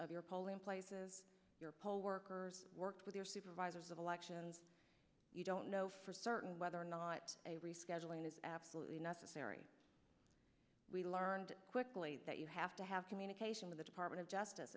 of your polling places your poll workers work with their supervisors of elections you don't know for certain whether or not a rescheduling is absolutely necessary we learned quickly that you have to have communication with the department of justice